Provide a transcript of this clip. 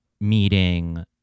meeting